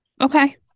okay